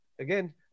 again